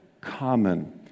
common